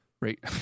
Right